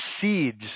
seeds